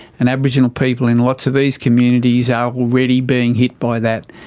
and aboriginal people in lots of these communities are already being hit by that.